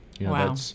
Wow